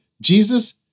Jesus